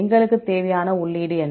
எங்களுக்கு தேவையான உள்ளீடு என்ன